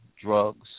drugs